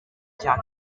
cya